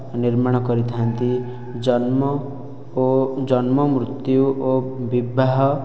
ନିର୍ମାଣ କରିଥାନ୍ତି ଜନ୍ମ ଓ ଜନ୍ମମୃତ୍ୟୁ ଓ ବିବାହ